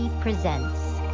presents